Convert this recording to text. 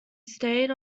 stayed